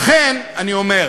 לכן אני אומר,